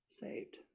saved